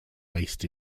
based